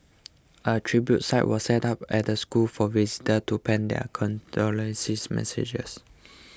a tribute site was set up at the school for visitors to pen their condolence messages